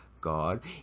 God